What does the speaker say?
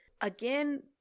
again